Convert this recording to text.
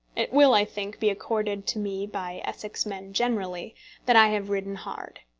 it will, i think, be accorded to me by essex men generally that i have ridden hard.